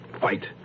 Fight